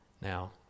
Now